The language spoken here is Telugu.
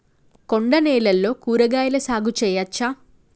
కొండ నేలల్లో కూరగాయల సాగు చేయచ్చా?